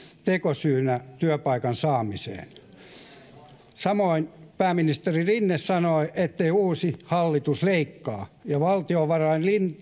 tekosyynä työpaikan saamiseen pääministeri rinne sanoi ettei uusi hallitus leikkaa ja valtiovarainministeri